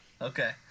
Okay